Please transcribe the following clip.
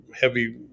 heavy